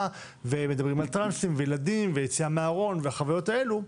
ומדברים על טרנסים ועל ילדים ועל יציאה מהארון והחוויות האלה.